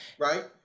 Right